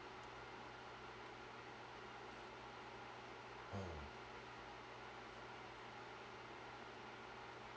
mm